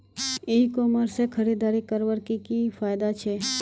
E commerce से खरीदारी करवार की की फायदा छे?